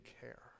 care